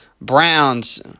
Browns